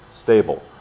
stable